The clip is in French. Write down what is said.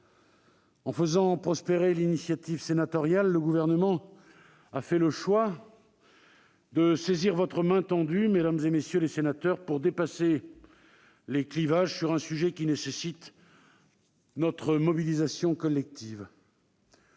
En faisant prospérer l'initiative sénatoriale, le Gouvernement a fait le choix de saisir votre main tendue, mesdames, messieurs les sénateurs, pour dépasser les clivages sur un sujet qui nécessite notre mobilisation collective.